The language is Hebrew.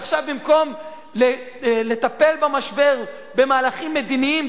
שעכשיו במקום לטפל במשבר במהלכים מדיניים,